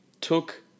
took